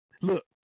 Look